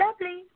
Lovely